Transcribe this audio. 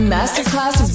Masterclass